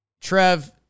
Trev